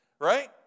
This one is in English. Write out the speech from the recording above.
right